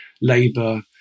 labour